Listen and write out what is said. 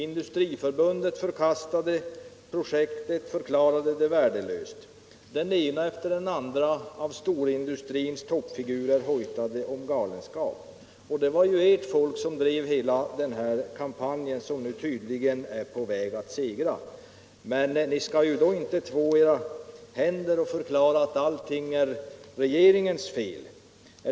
Industriförbundet förkastade projektet och förklarade det värdelöst. Den ene efter den andre av storindustrins toppfigurer kallade projektet för galenskap. Det var ert folk som drev den kampanjen - som nu tydligen är på väg att segra. Men då skall ni inte två era händer och förklara att allting är regeringens fel.